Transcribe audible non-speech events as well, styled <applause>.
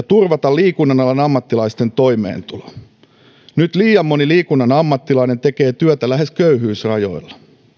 <unintelligible> turvata liikunnan alan ammattilaisten toimeentulo nyt liian moni liikunnan ammattilainen tekee työtä lähes köyhyysrajoilla